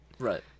Right